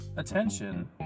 attention